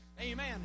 Amen